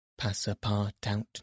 Passapartout